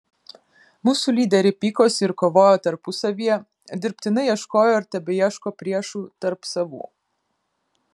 mūsų lyderiai pykosi ir kovojo tarpusavyje dirbtinai ieškojo ir tebeieško priešų tarp savų